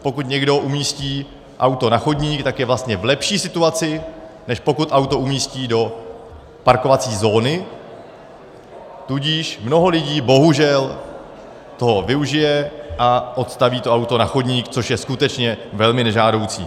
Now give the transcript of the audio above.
Pokud někdo umístí auto na chodník, tak je vlastně v lepší situaci, než pokud auto umístí do parkovací zóny, tudíž mnoho lidí bohužel toho využije a odstaví to auto na chodník, což je skutečně velmi nežádoucí.